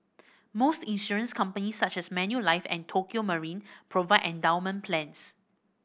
most insurance companies such as Manulife and Tokio Marine provide endowment plans